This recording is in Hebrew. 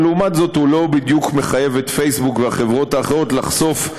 אבל לעומת זאת הוא לא בדיוק מחייב את פייסבוק והחברות האחרות לחשוף,